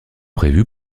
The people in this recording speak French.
prévu